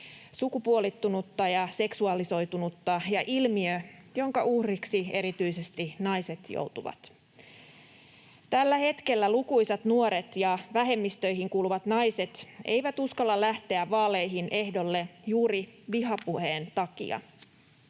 sukupuolittunutta ja seksualisoitunutta ja ilmiö, jonka uhriksi erityisesti naiset joutuvat. Tällä hetkellä lukuisat nuoret ja vähemmistöihin kuuluvat naiset eivät uskalla lähteä vaaleihin ehdolle juuri vihapuheen takia.